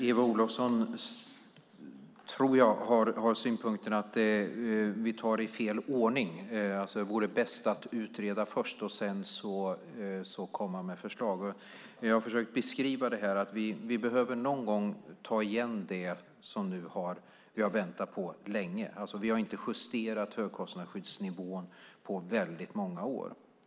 Fru talman! Jag tror att Eva Olofsson har synpunkten att vi tar det här i fel ordning, alltså att det vore bäst att utreda först och sedan komma med förslag. Jag har försökt beskriva att vi någon gång behöver ta igen det som vi nu har väntat länge på. Vi har inte justerat högkostnadsskyddsnivån på många år.